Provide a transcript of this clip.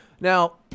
Now